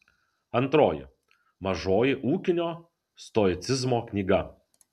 antroji mažoji ūkinio stoicizmo knyga